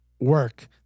work